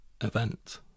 Event